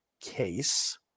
case